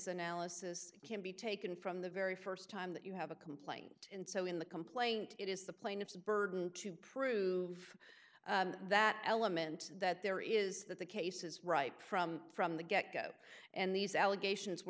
analysis can be taken from the very st time that you have a complaint and so in the complaint it is the plaintiff's burden to prove that element that there is that the cases right from from the get go and these allegations were